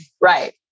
Right